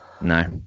No